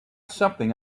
something